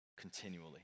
continually